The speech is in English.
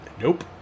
Nope